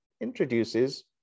introduces